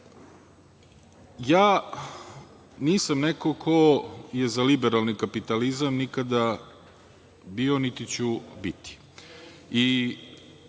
nisam neko ko je za liberalni kapitalizam, nikada bio, niti ću biti.